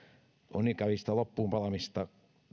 on kokemuksia ikävistä loppuunpalamisista